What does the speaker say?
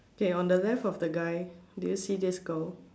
okay on the left of the guy do you see this girl